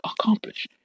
accomplish